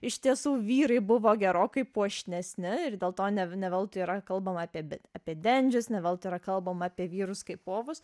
iš tiesų vyrai buvo gerokai puošnesni ir dėl to ne ne veltui yra kalbama apie be apie dendžius ne veltui yra kalbama apie vyrus kaip povus